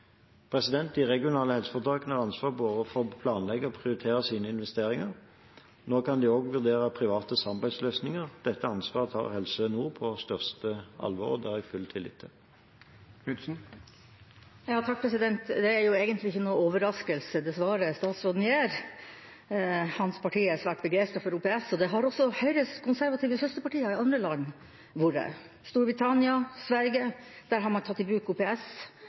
De regionale helseforetakene har ansvar for både å planlegge og å prioritere sine investeringer. Nå kan de også vurdere private samarbeidsløsninger. Dette ansvaret tar Helse Nord på største alvor, og det har jeg full tillit til. Det er egentlig ikke noen overraskelse det svaret statsråden gir. Hans parti er svært begeistret for OPS, og det har også Høyres konservative søsterpartier i andre land vært. I Storbritannia og Sverige har man tatt i bruk OPS